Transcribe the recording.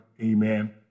amen